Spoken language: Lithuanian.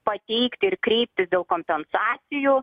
pateikti ir kreiptis dėl kompensacijų